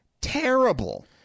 terrible